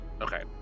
Okay